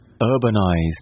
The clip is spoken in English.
urbanized